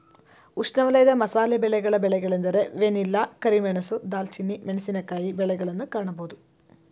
ಉಷ್ಣವಲಯದ ಮಸಾಲೆ ಬೆಳೆಗಳ ಬೆಳೆಗಳೆಂದರೆ ವೆನಿಲ್ಲಾ, ಕರಿಮೆಣಸು, ದಾಲ್ಚಿನ್ನಿ, ಮೆಣಸಿನಕಾಯಿ ಬೆಳೆಗಳನ್ನು ಕಾಣಬೋದು